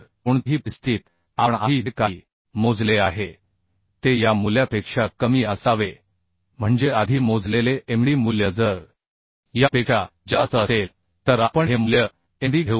तर कोणत्याही परिस्थितीत आपण आधी जे काही मोजले आहे ते या मूल्यापेक्षा कमी असावे म्हणजे आधी मोजलेले Md मूल्य जर यापेक्षा जास्त असेल तर आपण हे मूल्य Md